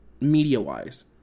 media-wise